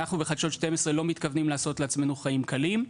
אנחנו בחדשות 12 לא מתכוונים לעשות לעצמנו חיים קלים.